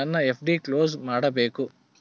ನನ್ನ FD close ಮಾಡಬೇಕು